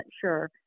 sure